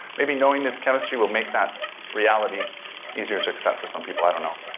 maybe knowing this chemistry will make that reality easier to accept for some people, i don't know,